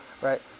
right